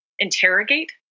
interrogate